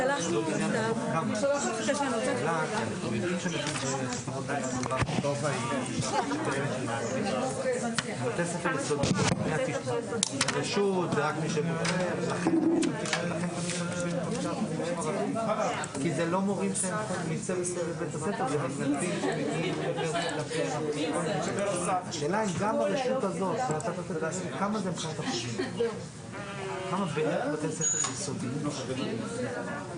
15:36.